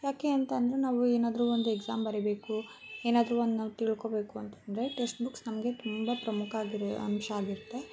ಯಾಕೆ ಅಂತಂದರೆ ನಾವು ಏನಾದರೂ ಒಂದು ಎಕ್ಸಾಮ್ ಬರಿಬೇಕು ಏನಾದರೂ ಒಂದು ನಾವು ತಿಳ್ಕೋಬೇಕು ಅಂತಂದರೆ ಟೆಕ್ಸ್ಟ್ ಬುಕ್ಸ್ ನಮಗೆ ತುಂಬ ಪ್ರಮುಖ ಆಗಿರೋ ಅಂಶ ಆಗಿರುತ್ತೆ